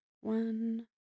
one